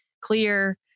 clear